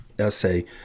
essay